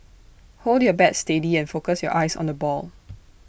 hold your bat steady and focus your eyes on the ball